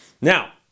Now